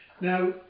Now